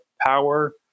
Power